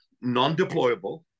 non-deployable